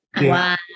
Wow